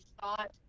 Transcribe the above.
thought